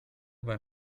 beim